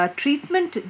treatment